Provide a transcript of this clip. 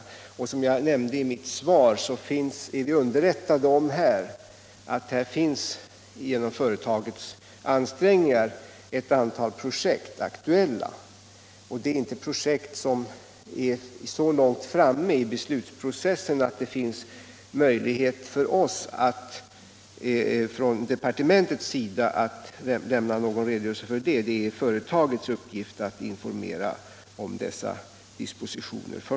Och vi är, som jag nämnde i mitt svar, underrättade om att det genom företagets ansträngningar finns ett antal aktuella projekt. Dessa projekt har inte kommit så långt i beslutsprocessen att vi "rån departementets sida har någon möjlighet att lämna en redogörelse för dem. Det är företagets uppgift att först och främst informera om dessa dispositioner.